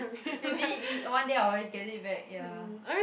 maybe he one day I already get it back ya